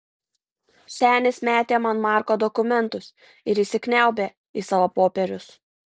senis metė man marko dokumentus ir įsikniaubė į savo popierius